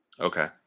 Okay